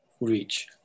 reach